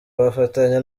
bafatanya